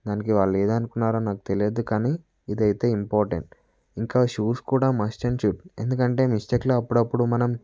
దానికి వాళ్ళు ఏదో అనుకున్నారని నాకు తెలియదు కానీ ఇది అయితే ఇంపార్టెంట్ ఇంకా షూస్ కూడా మస్ట్ అండ్ షుడ్ ఎందుకంటే మిస్టేక్లో అప్పుడప్పుడు మనం